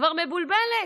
כבר מבולבלת.